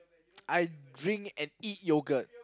I drink and eat yogurt